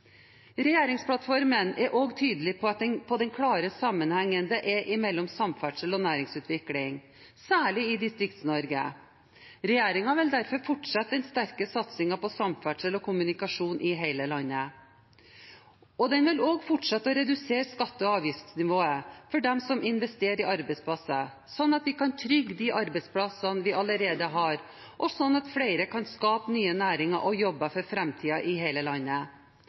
Regjeringsplattformen er også tydelig på den klare sammenhengen det er mellom samferdsel og næringsutvikling, særlig i Distrikts-Norge. Regjeringen vil derfor fortsette den sterke satsingen på samferdsel og kommunikasjon i hele landet. Regjeringen vil fortsette å redusere skatte- og avgiftsnivået for dem som investerer i arbeidsplasser, slik at vi kan trygge de arbeidsplassene vi allerede har, og slik at flere kan skape nye næringer og jobber for framtiden i hele landet.